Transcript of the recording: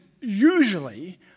usually